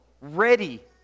ready